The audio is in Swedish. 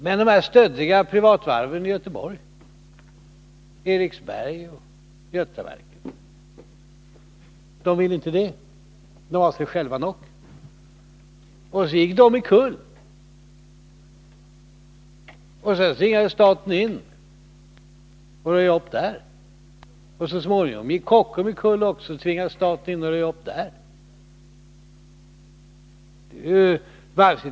Men de här stöddiga privatvarven i Göteborg — Eriksberg och Götaverken — ville inte detta; man var sig selv nok. Så gick de omkull, och sedan tvingades staten in för att röja upp där. Så småningom gick Kockums också ikull, och staten tvingades att röja upp där.